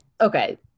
okay